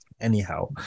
Anyhow